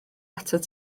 atat